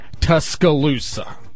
Tuscaloosa